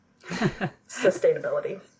sustainability